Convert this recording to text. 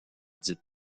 dite